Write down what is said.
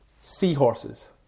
Seahorses